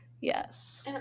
yes